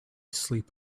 sleep